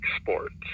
sports